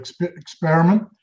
experiment